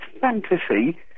fantasy